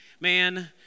man